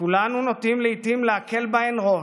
שכולנו נוטים לעיתים להקל בהן ראש,